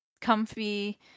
comfy